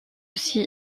aussi